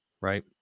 right